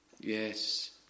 yes